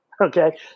Okay